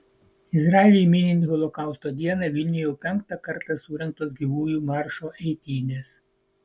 izraeliui minint holokausto dieną vilniuje jau penktą kartą surengtos gyvųjų maršo eitynės